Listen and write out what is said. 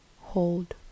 hold